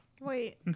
Wait